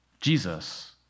Jesus